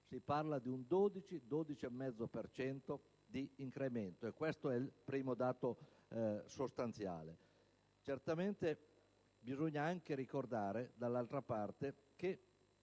si parla del 12-12,5 per cento di incremento e questo è il primo dato sostanziale. Certamente bisogna anche ricordare, dall'altra parte, che